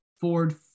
Ford